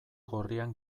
gorrian